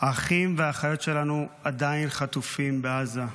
האחים והאחיות שלנו עדיין חטופים בעזה.